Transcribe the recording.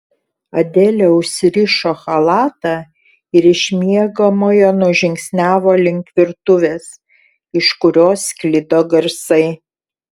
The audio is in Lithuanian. adelė užsirišo chalatą ir iš miegamojo nužingsniavo link virtuvės iš kurios sklido garsai